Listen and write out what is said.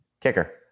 Kicker